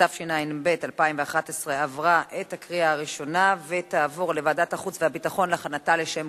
התשע"ב 2011, לוועדת החוץ והביטחון נתקבלה.